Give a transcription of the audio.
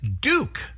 Duke